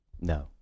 No